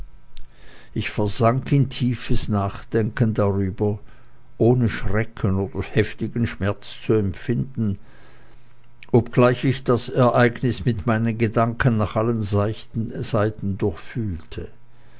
ich versank in tiefes nachdenken darüber ohne schrecken oder heftigen schmerz zu empfinden obgleich ich das ereignis mit meinen gedanken nach allen seiten